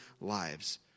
lives